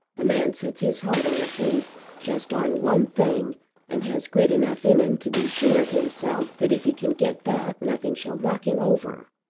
a man sets his heart on a thing just on one thing and has grit enough in him to be sure of himself that if he can get that nothing shall knock him over.